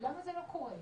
למה זה לא קורה?